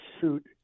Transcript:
suit